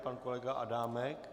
Pan kolega Adámek?